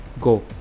go